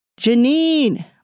Janine